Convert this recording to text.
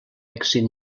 èxit